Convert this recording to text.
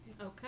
Okay